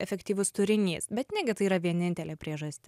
efektyvus turinys bet negi tai yra vienintelė priežastis